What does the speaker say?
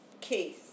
case